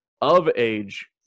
of-age